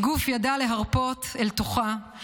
"הגוף ידע להרפות אל תוכה,